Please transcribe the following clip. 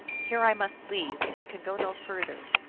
here i must leave. i can go no further.